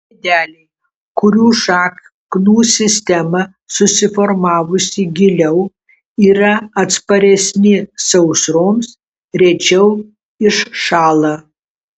medeliai kurių šaknų sistema susiformavusi giliau yra atsparesni sausroms rečiau iššąla